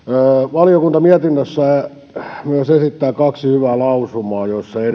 valiokunta mietinnössään myös esittää kaksi hyvää lausumaa